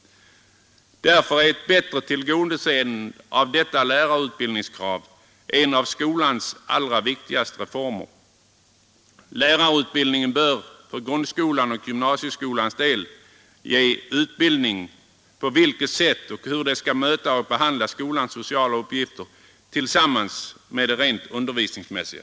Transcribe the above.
Därför är ett bättre tillgodoseende av detta lärarutbildningskrav en av de allra viktigaste reformerna inom skolan. Lärarutbildningen bör, för grundskolans och gymnasieskolans del, ge lärarna kunskaper både om hur de skall handha skolans sociala uppgifter och om hur de skall sköta det rent undervisningsmässiga.